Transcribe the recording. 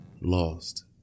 lost